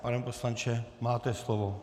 Pane poslanče, máte slovo.